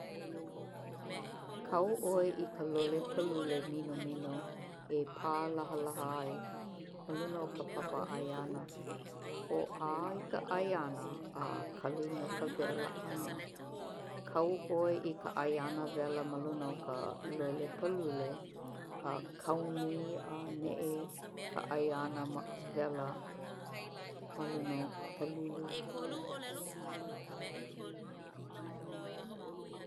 Kau 'oe i ka lole pālule minomini e pālahalaha ai maluna o ka papa 'aiana. Ho'ā i ka 'aiana a kali no ka wela 'ana kau 'oe i ka 'aiana wela maluna o ka lole pālule a kaomi a ne'e ka 'aiana wela maluna o ka pālule.